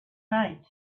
night